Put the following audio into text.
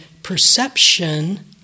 Perception